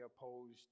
opposed